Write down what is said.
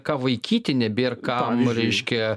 ką vaikyti nebėr ką reiškia